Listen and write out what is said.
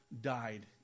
died